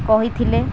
କହିଥିଲେ